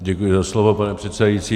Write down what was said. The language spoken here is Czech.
Děkuji za slovo, pane předsedající.